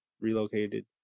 relocated